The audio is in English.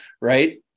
right